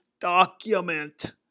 document